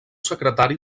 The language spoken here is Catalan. secretari